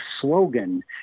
slogan